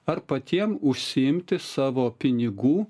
ar patiems užsiimti savo pinigų